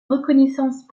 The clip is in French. reconnaissance